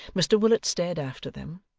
mr willet stared after them,